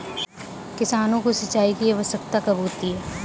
किसानों को सिंचाई की आवश्यकता कब होती है?